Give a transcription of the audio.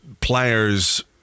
players